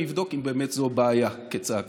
אני אבדוק אם באמת זאת בעיה כצעקתה.